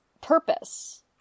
purpose